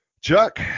Chuck